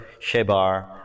Shebar